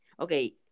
okay